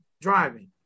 driving